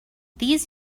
these